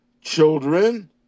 children